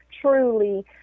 truly